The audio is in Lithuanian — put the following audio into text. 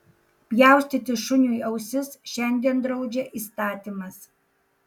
pjaustyti šuniui ausis šiandien draudžia įstatymas